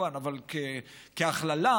אבל כהכללה